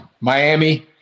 Miami